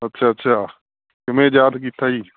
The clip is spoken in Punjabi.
ਅੱਛਾ ਅੱਛਾ ਕਿਵੇਂ ਯਾਦ ਕੀਤਾ ਜੀ